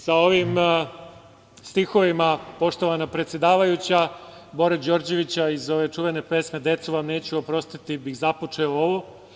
Sa ovim stihovima, poštovana predsedavajuća, Bore Đorđevića iz čuvene pesme „Decu vam neću oprostiti“ bih započeo ovo.